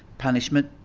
punishment,